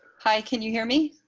hi, can you hear me.